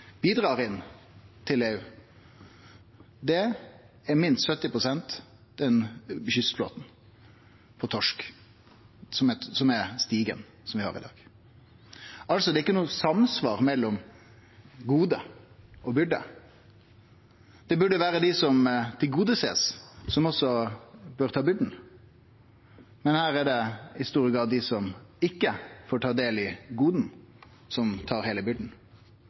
inn til EU? Det er minst 70 pst. kystflåten, på torsk, som er stigen. Det er altså ikkje noko samsvar mellom gode og byrder. Det burde vere dei som blir tilgodesett, som også burde ta byrda, men her er det i stor grad dei som ikkje får ta del i goda, som tar heile